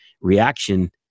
reaction